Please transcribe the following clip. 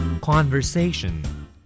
Conversation